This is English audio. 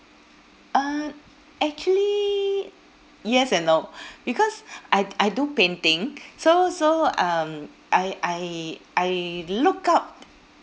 uh actually yes and no because I I do painting so so um I I I look up